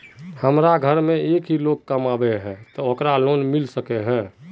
हमरा घर में एक ही लोग कमाबै है ते ओकरा लोन मिलबे सके है?